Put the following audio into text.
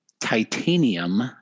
titanium